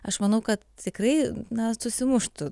aš manau kad tikrai na susimuštų